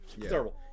Terrible